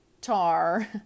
tar